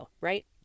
right